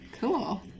Cool